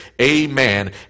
Amen